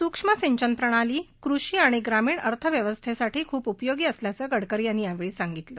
सुक्ष्म सिंचन प्रणाली कृषी आणि ग्रामीण अर्थव्यवस्थेसाठी खूप उपयोगी असल्याचं गडकरी यांनी यावेळी सांगितलं